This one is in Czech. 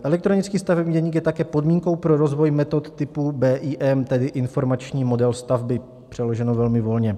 Elektronický stavební deník je také podmínkou pro rozvoj metod typu BIM, tedy informační model stavby přeloženo velmi volně.